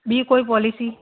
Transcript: ॿीं कोई पॉलिसी